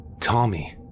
Tommy